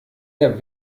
der